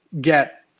get